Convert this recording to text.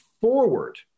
forward